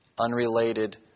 unrelated